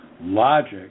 logic